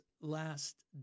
last